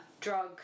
drug